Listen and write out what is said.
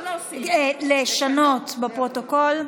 לשנות בפרוטוקול.